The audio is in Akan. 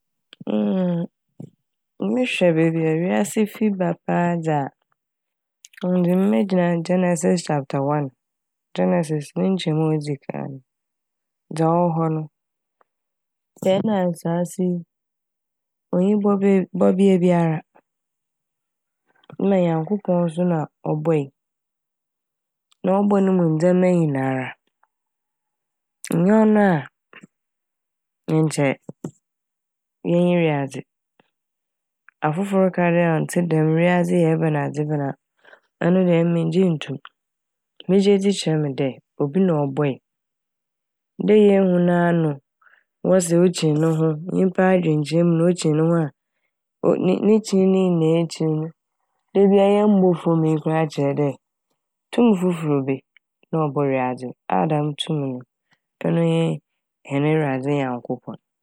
Mehwɛ beebi a wiase fi ba paa dze a ɔno dze megyina Genesis "chapter one", Genesis ne nkyɛmu a odzi kan no dza ɔwɔ hɔ no. Sɛ ɛna asaase yi onnyi bɔbew - bɔbea biara na Nyankopɔn so na ɔbɔe na ɔbɔ no mu ndzɛma nyinara nnyɛ Ɔno a nkyɛ yennyi wiadze. Afofor ka dɛ ɔnntse dɛm wiadze yɛ ebɛnadze ebɛna ɔno de emi menngye nnto m'. Me gyedzi kyerɛ me dɛ obi na ɔbɔe dɛ yennhu n'ano, wɔse okyin ne ho nyimpa adwenkyerɛ mu no okyin no ho a onn- ne kyin ne nyinaa ekyir no dabia a yɛmmbɔ famu yi koraa kyerɛ dɛ tum fofor bi na ɔbɔ wiadze a dɛm tumi no ɔno nye hɛn Ewuradze Nyankopɔn.